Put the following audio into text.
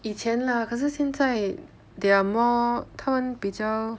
以前 lah 可是现在 they are more common 他们比较